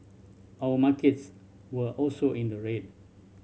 our markets were also in the red